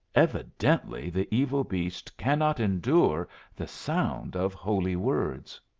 evidently the evil beast cannot endure the sound of holy words.